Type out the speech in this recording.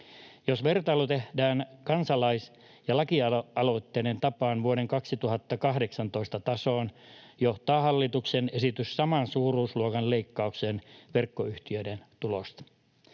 Jos vertailu tehdään kansalais‑ ja lakialoitteiden tapaan vuoden 2018 tasoon, johtaa hallituksen esitys saman suuruusluokan leikkaukseen verkkoyhtiöiden tuloista.